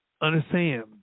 Understand